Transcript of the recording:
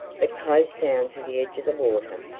but close down to the edge of the water,